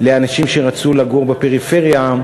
לאנשים שרצו לגור בפריפריה,